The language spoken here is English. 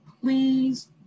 please